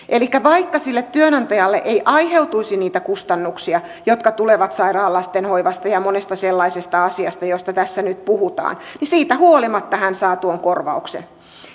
elikkä vaikka sille työnantajalle ei aiheutuisi niitä kustannuksia jotka tulevat sairaan lapsen hoivasta ja monesta sellaisesta asiasta joista tässä nyt puhutaan niin siitä huolimatta hän saa tuon korvauksen